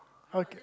okay